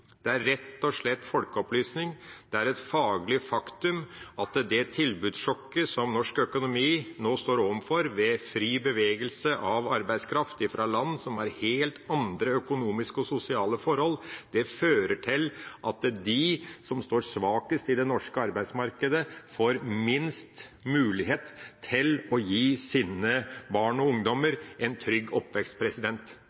Det er rett og slett et faglig faktum at det tilbudssjokket som norsk økonomi nå står overfor, med fri bevegelse av arbeidskraft fra land som har helt andre økonomiske og sosiale forhold, fører til at de som står svakest i det norske arbeidsmarkedet, får minst mulighet til å gi sine barn og ungdommer en trygg oppvekst.